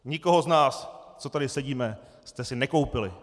Nikoho z nás, co tady sedíme, jste si nekoupili.